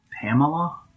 Pamela